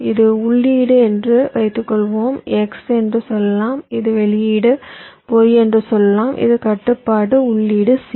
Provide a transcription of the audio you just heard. இது உள்ளீடு என்று வைத்துக்கொள்வோம் X என்று சொல்லலாம் இது வெளியீடு Y என்று சொல்லலாம் இது கட்டுப்பாட்டு உள்ளீடு C